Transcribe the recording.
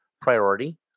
priority